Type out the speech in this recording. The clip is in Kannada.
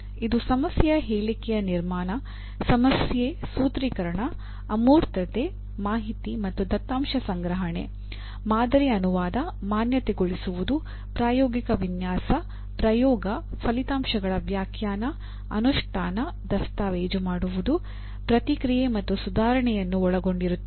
ಇದು ಸಮಸ್ಯೆಯ ಹೇಳಿಕೆಯ ನಿರ್ಮಾಣ ಸಮಸ್ಯೆ ಸೂತ್ರೀಕರಣ ಅಮೂರ್ತತೆ ಮಾಹಿತಿ ಮತ್ತು ದತ್ತಾಂಶ ಸಂಗ್ರಹಣೆ ಮಾದರಿ ಅನುವಾದ ಮಾನ್ಯತೆ ಗೊಳಿಸುವುದು ಪ್ರಾಯೋಗಿಕ ವಿನ್ಯಾಸ ಪ್ರಯೋಗ ಫಲಿತಾಂಶಗಳ ವ್ಯಾಖ್ಯಾನ ಅನುಷ್ಠಾನ ದಸ್ತಾವೇಜು ಮಾಡುವುದು ಪ್ರತಿಕ್ರಿಯೆ ಮತ್ತು ಸುಧಾರಣೆಯನ್ನು ಒಳಗೊಂಡಿರುತ್ತದೆ